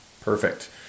Perfect